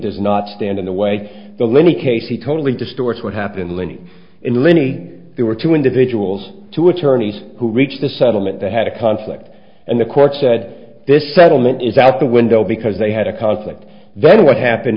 does not stand in the way the let me case he totally distorts what happened lenny in lenny there were two individuals two attorneys who reached a settlement that had a conflict and the court said this settlement is out the window because they had a conflict then what happened